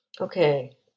Okay